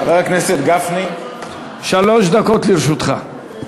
חבר הכנסת גפני, שלוש דקות לרשותך.